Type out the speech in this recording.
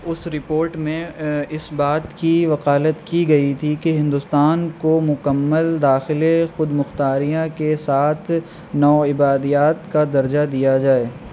اس report میں اس بات کی وکالت کی گئی تھی کہ ہندوستان کو مکمل داخلے خود مختاریاں کے ساتھ نوآبادیات کا درجہ دیا جائے